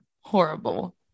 Horrible